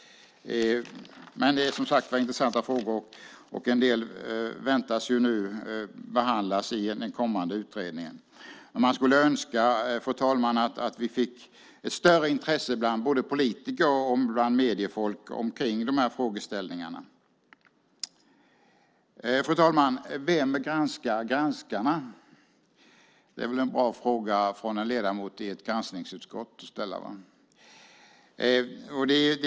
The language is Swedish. Det är, som sagt, intressanta frågor, och en del väntas behandlas i den kommande utredningen. Man skulle önska att vi fick ett större intresse bland både politiker och mediefolk för de här frågeställningarna. Fru talman! Vem granskar granskarna? Det är väl en bra fråga att ställa för en ledamot av ett granskningsutskott?